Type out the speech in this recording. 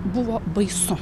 buvo baisu